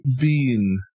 bean